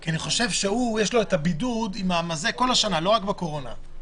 אני חושב שיש לו את הבידוד כל שנה, לא רק בקורונה.